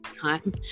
time